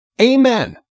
Amen